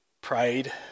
prayed